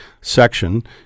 section